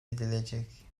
edilecek